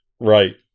Right